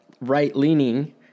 right-leaning